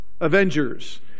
Avengers